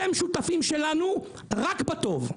אתם שותפים שלנו רק בטוב.